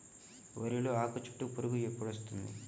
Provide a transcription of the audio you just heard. వరిలో ఆకుచుట్టు పురుగు ఎప్పుడు వస్తుంది?